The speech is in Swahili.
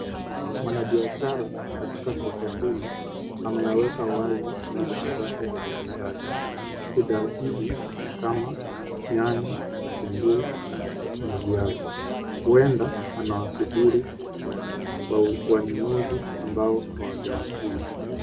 Mwanabiashara katika soko hii ameyaweka wazi bidhaa zake za uuzaji. Bidhaa hizi ni kama nyanya, kitunguu na viazi. Huenda anawasubiri wanunuzi ambao hawajawasili.